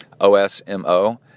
O-S-M-O